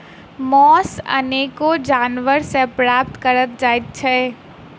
मौस अनेको जानवर सॅ प्राप्त करल जाइत छै